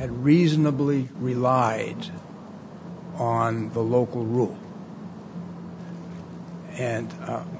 at reasonably relied on the local rule and